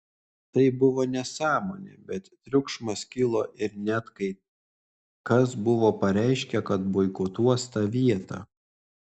tai buvo nesąmonė bet triukšmas kilo ir net kai kas buvo pareiškę kad boikotuos tą vietą